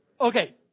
Okay